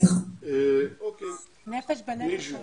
ארגון נפש בנפש רצו